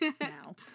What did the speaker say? now